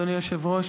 אדוני היושב-ראש,